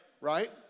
Right